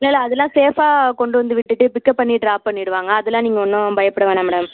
இல்லைல்ல அதைலாம் சேஃபாக கொண்டு வந்து விட்டுவிட்டு பிக்அப் பண்ணி ட்ராப் பண்ணிவிடுவாங்க அதெலாம் நீங்கள் ஒன்றும் பயப்பட வேணாம் மேடம்